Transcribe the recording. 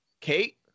Kate